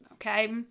Okay